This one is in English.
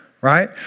right